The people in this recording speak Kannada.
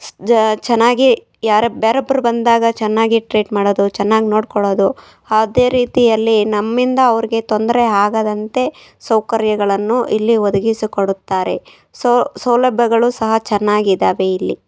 ಜ ಚೆನ್ನಾಗಿ ಯಾರು ಬೇರೊಬ್ರು ಬಂದಾಗ ಚೆನ್ನಾಗೇ ಟ್ರೀಟ್ ಮಾಡೋದು ಚೆನ್ನಾಗಿ ನೋಡ್ಕೊಳ್ಳೋದು ಅದೇ ರೀತಿಯಲ್ಲಿ ನಮ್ಮಿಂದ ಅವ್ರಿಗೆ ತೊಂದರೆ ಆಗದಂತೆ ಸೌಕರ್ಯಗಳನ್ನು ಇಲ್ಲಿ ಒದಗಿಸಿಕೊಡುತ್ತಾರೆ ಸೊ ಸೌಲಭ್ಯಗಳು ಸಹ ಚೆನ್ನಾಗಿದ್ದಾವೆ ಇಲ್ಲಿ